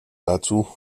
dazu